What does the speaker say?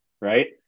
right